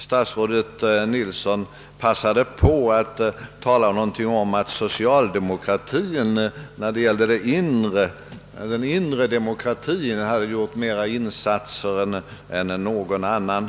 Statsrådet Nilsson pas sade på att säga någonting om att socialdemokratien när det gällde den inre demokratien hade gjort mer insatser än någon annan.